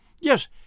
Yes